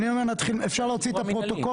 אפשר להוציא את הפרוטוקול?